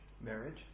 Marriage